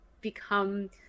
become